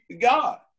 God